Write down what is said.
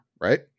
right